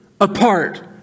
apart